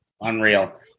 Unreal